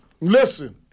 Listen